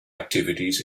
activities